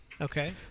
Okay